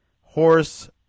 horse